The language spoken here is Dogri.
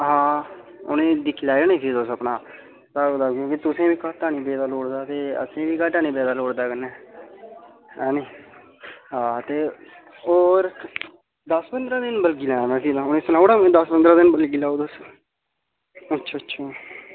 हां उनेंई दिक्खी लैओ नी फ्ही अपने स्हाब कताब क्योंकि तुसें बी घाटा नी पेदा लोड़दा ते असें बी घाटा नी पेदा लोड़दा कन्नै हैनी हा ते होर दस पंदरां दिन बलगी लैं उनेंगी सनाई ओड़ां दस पंदरां दिन बलगी लैओ तुस अच्छा अच्छा